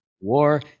War